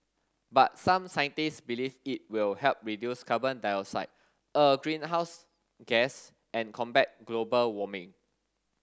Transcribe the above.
but some scientists believe it will help reduce carbon dioxide a greenhouse gas and combat global warming